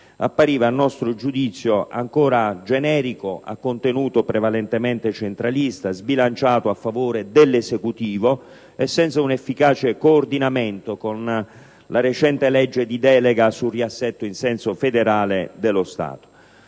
dal relatore Azzollini, ancora generico, a contenuto prevalentemente centralista, sbilanciato a favore dell'Esecutivo e senza un efficace coordinamento con la recente legge di delega sul riassetto in senso federale dello Stato;